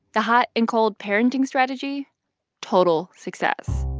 the hot-and-cold parenting strategy total success